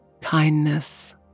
kindness